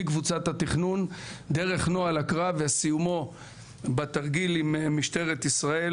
מקבוצת התכנון דרך נוהל הקרב וסיומו בתרגיל עם משטרת ישראל,